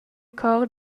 chor